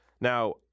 Now